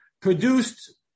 produced